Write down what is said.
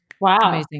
Wow